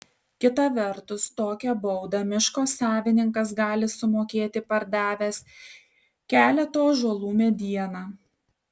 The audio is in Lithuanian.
kita vertus tokią baudą miško savininkas gali sumokėti pardavęs keleto ąžuolų medieną